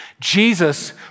Jesus